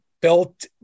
built